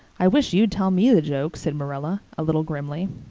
i wish you'd tell me the joke, said marilla, a little grimly.